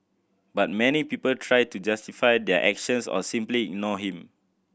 but many people try to justify their actions or simply ignored him